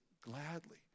gladly